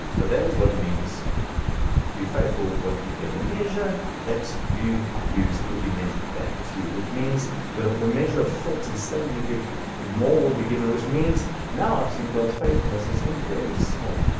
but that is what it means to be faithful with what you hear. the measure that you use, it will be measured back to you, which means the the measure of thought and study you give more will be given, which means now i've seen god's faithfulness and something very small.